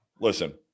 Listen